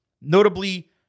notably